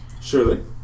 Surely